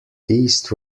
east